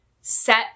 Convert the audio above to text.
set